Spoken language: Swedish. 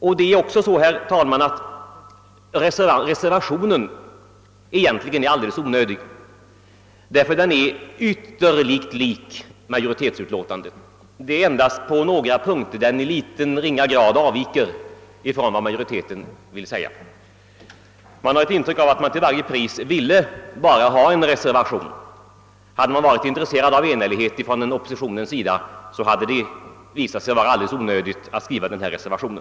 I själva verket, herr talman, är reservationen alldeles onödig, eftersom den är tämligen lik majoritetsutlåtandet. Endast på några punkter avviker den i någon ringa grad från vad majoriteten skriver. Man har ett intryck av att oppositionens representanter bara till varje pris ville ha en reservation. Hade de varit intresserade av enhällighet, borde det varit onödigt att skriva denna reservation.